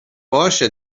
باشه